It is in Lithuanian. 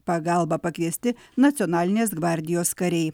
pagalbą pakviesti nacionalinės gvardijos kariai